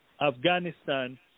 Afghanistan